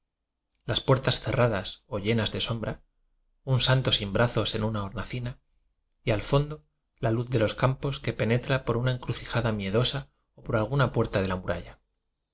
las puertas cerradas o llenas sombra un santo sin brazos en una o'nacina y al fondo la luz de los campos c ue penetra por una encrucijada miedosa o poi alguna puerta de la muralla